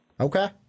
Okay